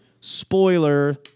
spoiler